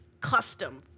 custom